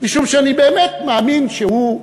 משום שאני באמת מאמין שהוא,